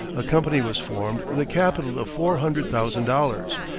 a company was formed with a capital of four hundred thousand dollars,